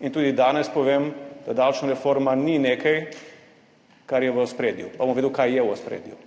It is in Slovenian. In tudi danes povem, da davčna reforma ni nekaj, kar je v ospredju. Bom navedel, kaj je v ospredju.